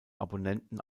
abonnenten